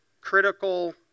critical